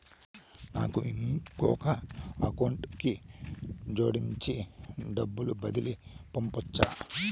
నాకు ఇంకొక అకౌంట్ ని జోడించి డబ్బును బదిలీ పంపొచ్చా?